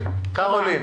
מדיקל סנטר וקפלן.